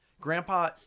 grandpa